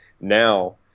now